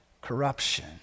corruption